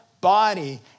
body